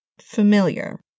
familiar